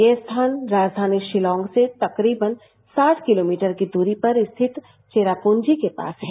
यह स्थान राजधानी शिलांग से तकरीबन साठ किलोमीटर की दूरी पर स्थित वेराप्रंजी के पास है